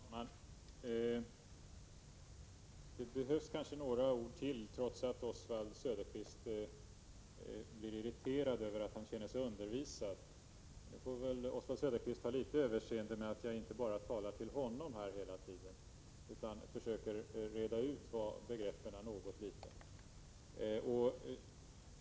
Herr talman! Det behövs kanske några ord till, trots att Oswald Söderqvist är irriterad över att han känner sig undervisad. Han får väl ha litet överseende med att jag inte bara talar till honom, utan försöker reda ut begreppen något litet.